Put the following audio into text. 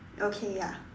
okay ya